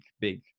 big